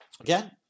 again